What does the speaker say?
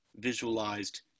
visualized